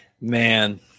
Man